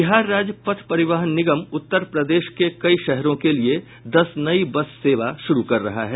बिहार राज्य पथ परिवहन निगम उत्तर प्रदेश के कई शहरों के लिये दस नये बस सेवा शुरू कर रहा है